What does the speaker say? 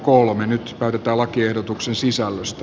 nyt päätetään lakiehdotuksen sisällöstä